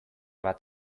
bat